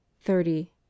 thirty